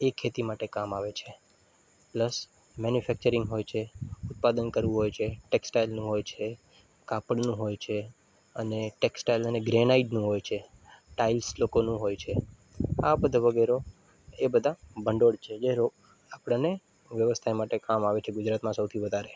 એ ખેતી માટે કામ આવે છે પ્લસ મૅન્યુફેક્ચરિંગ હોય છે ઉત્પાદન કરવું હોય છે ટૅકસટાઇલનું હોય છે કાપડનું હોય છે અને ટૅક્સ્ટાઈલ અને ગ્રેનાઇટનું હોય છે ટાઇલ્સ લોકોનું હોય છે આ બધા વગેરે એ બધાં ભંડોળ છે જે રો આપણને વ્યવસ્થા માટે કામ આવે છે ગુજરાતમાં સૌથી વધારે